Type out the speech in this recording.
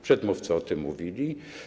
Przedmówcy o tym mówili.